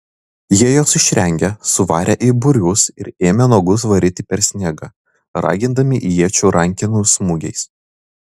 jie juos išrengė suvarė į būrius ir ėmė nuogus varyti per sniegą ragindami iečių rankenų smūgiais